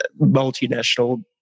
multinational